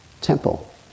temple